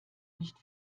nicht